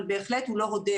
אבל בהחלט הוא לא רודף.